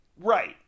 Right